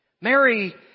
Mary